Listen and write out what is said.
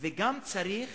וגם צריך